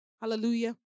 Hallelujah